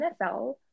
NFL